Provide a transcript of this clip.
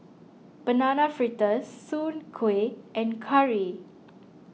Banana Fritters Soon Kueh and Curry